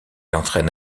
entraîne